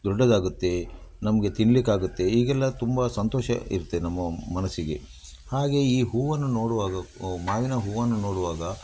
ದೊಡ್ಡದಾಗುತ್ತೆ ನಮಗೆ ತಿನ್ಲಿಕೆ ಆಗುತ್ತೆ ಈಗೆಲ್ಲ ತುಂಬ ಸಂತೋಷ ಇರುತ್ತೆ ನಮ್ಮ ಮನಸ್ಸಿಗೆ ಹಾಗೆ ಈ ಹೂವನ್ನು ನೋಡುವಾಗ ಮಾವಿನ ಹೂವನ್ನು ನೋಡುವಾಗ